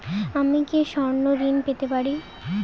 আমি কি স্বর্ণ ঋণ পেতে পারি?